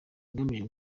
igamije